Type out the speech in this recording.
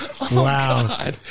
Wow